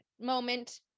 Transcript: moment